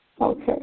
Okay